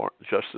Justice